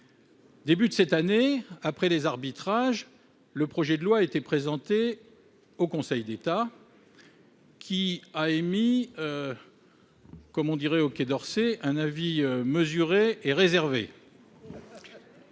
début de cette année, après les arbitrages, le projet de loi a été présenté au Conseil d'État, qui a émis, comme on le dirait au Quai d'Orsay, un avis « mesuré et réservé